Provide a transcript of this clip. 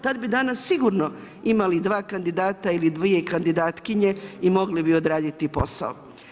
Tad bi danas sigurno imali dva kandidata ili dvije kandidatkinje i mogli bi odraditi posao.